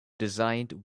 designed